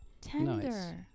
Tender